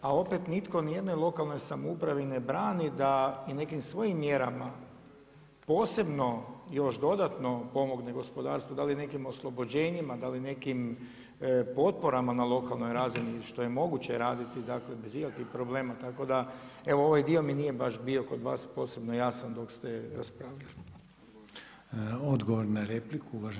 A opet nitko nijednoj lokalnoj samoupravi ne brani i nekim svojim mjerama posebno još dodatno pomogne gospodarstvu, da li nekim oslobođenjima, da li nekim potporama na lokalnoj razini što je moguće raditi bez ikakvih problem, tako da evo ovaj dio mi nije baš bio kod vas posebno jasan dok ste raspravljali.